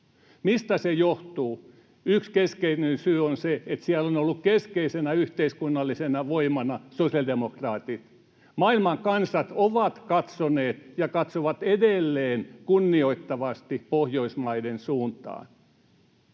Mistä se johtuu? Yksi keskeinen syy on se, että siellä on ollut keskeisenä yhteiskunnallisena voimana sosiaalidemokraatit. Maailman kansat ovat katsoneet ja katsovat edelleen kunnioittavasti Pohjoismaiden suuntaan.